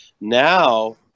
now